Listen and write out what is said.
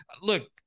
Look